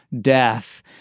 death